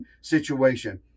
situation